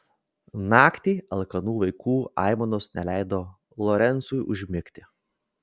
naktį alkanų vaikų aimanos neleido lorencui užmigti